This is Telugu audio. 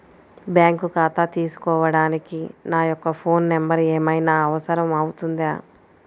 బ్యాంకు ఖాతా తీసుకోవడానికి నా యొక్క ఫోన్ నెంబర్ ఏమైనా అవసరం అవుతుందా?